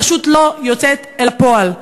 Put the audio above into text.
פשוט לא יוצאת אל הפועל.